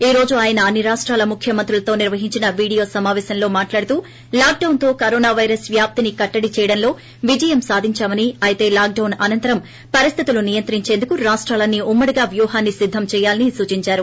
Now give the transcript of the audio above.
ఈ రోజు ఆయన అన్ని రాష్టాల ముఖ్యమంత్రులతో నిర్వహించిన వీడియో సమాపేశంలో మాట్లాడుతూ లాక్డొన్ తో కరోనా వైరస్ వ్యాప్తేని కట్టడి చేయడంలో విజయం సాధించామని అయితే లాక్డౌస్ అనంతరం పరిస్థితులను నియంత్రించేందుకు రాష్టాలన్నీ ఉమ్మడిగా వ్యూహాన్ని సిద్దం చేయాలని సూచిందారు